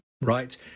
right